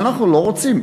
אנחנו לא רוצים.